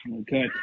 Okay